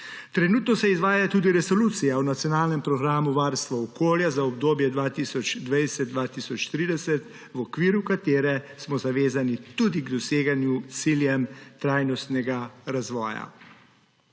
Trenutno se izvaja tudi Resolucija o Nacionalnem programu varstva okolja za obdobje 2020–2030, v okviru katere smo zavezani tudi k doseganju ciljev trajnostnega razvoja.